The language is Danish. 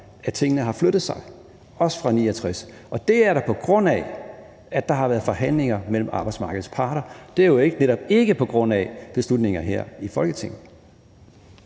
at tingene også har flyttet sig siden 1969, og det er da, på grund af at der har været forhandlinger mellem arbejdsmarkedets parter; det er jo netop ikke på grund af beslutninger truffet her i Folketinget.